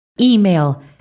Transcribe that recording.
email